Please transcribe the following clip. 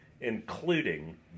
including